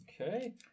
Okay